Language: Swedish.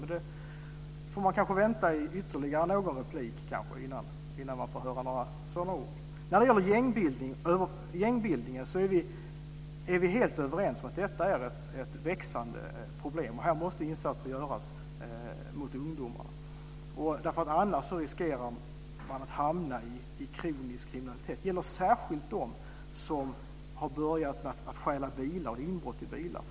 Men jag får kanske vänta ytterligare någon replik innan jag får höra några sådana ord. Vi är helt överens om att gängbildning är ett växande problem. Insatser måste göras mot ungdomar. Annars riskerar man att hamna i kronisk kriminalitet. Det gäller särskilt de som har börjat att stjäla bilar och göra inbrott i bilar.